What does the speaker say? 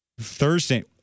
Thursday